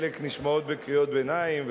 חלק נשמעות בקריאות ביניים,